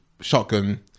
shotgun